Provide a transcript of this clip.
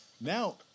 Now